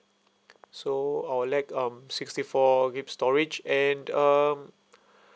so I would like um sixty four gig storage and um